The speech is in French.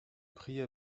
prier